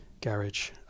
garage